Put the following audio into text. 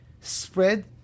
spread